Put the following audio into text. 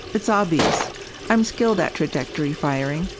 it's obvious i'm skilled at trajectory firing.